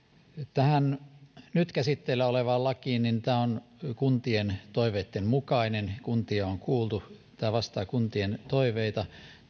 tähän nyt käsitteillä olevaan lakiin tämä on kuntien toiveitten mukainen kuntia on kuultu tämä vastaa kuntien toiveita